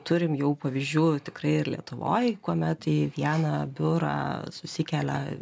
turim jau pavyzdžių tikrai ir lietuvoj kuomet į vieną biurą susikelia